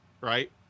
right